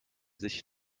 sich